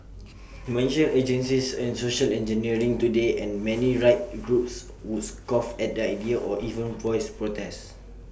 mention eugenics and social engineering today and many rights groups would scoff at the idea or even voice protest